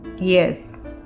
Yes